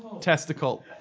testicle